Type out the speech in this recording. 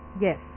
Yes